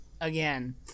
again